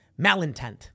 malintent